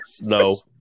No